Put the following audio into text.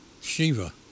Shiva